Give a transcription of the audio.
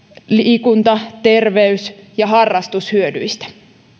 liikunta terveys ja harrastushyödyistä